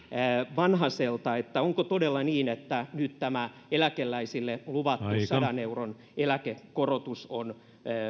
vanhaselta onko todella niin että nyt tämä eläkeläisille luvattu sadan euron eläkekorotus on